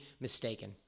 mistaken